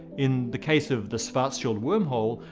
in the case of the schwarzschild wormhole,